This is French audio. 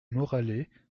moralay